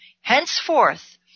Henceforth